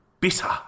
Bitter